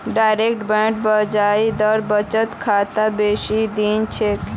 direct bank ब्याज दर बचत खातात बेसी दी छेक